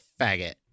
faggot